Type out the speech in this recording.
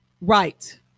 Right